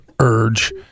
urge